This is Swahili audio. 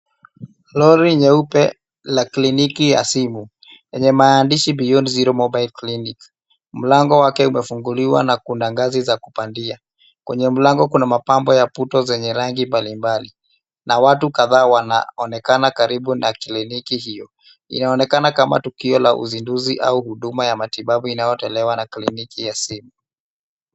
Lori nyeupe la kliniki ya simu yenye maandishi Beyond Zero Mobile Clinic. Mlango wake umefunguliwa na kuna ngazi za kupandia. Kwenye mlango kuna mapambo ya puto zenye rangi mbalimbali. Na watu kadhaa wanaonekana karibu na kliniki hiyo. Inaonekana kama tukio la uzinduzi au huduma ya matibabu inayotolewa na kliniki ya simu.